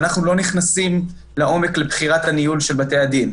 ואנחנו לא נכנסים לעומק לבחירת הניהול של בתי הדין.